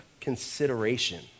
consideration